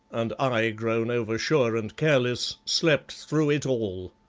and i, grown oversure and careless, slept through it all!